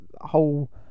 whole